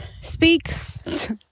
speaks